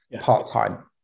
part-time